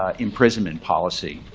ah imprisonment policy.